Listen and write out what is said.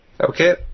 Okay